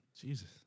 Jesus